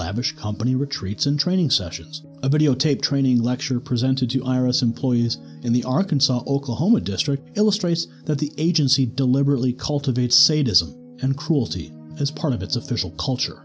lavish company retreats and training sessions a videotape training lecture presented to iris employees in the arkansas oklahoma district illustrates that the agency deliberately cultivated sadism and cruelty as part of its official culture